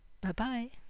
Bye-bye